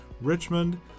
Richmond